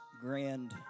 grand